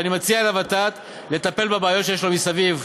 ואני מציע לוות"ת לטפל בבעיות שיש לה מסביב,